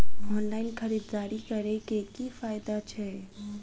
Online खरीददारी करै केँ की फायदा छै?